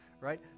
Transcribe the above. right